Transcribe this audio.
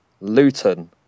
Luton